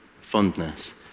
fondness